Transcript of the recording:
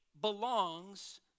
belongs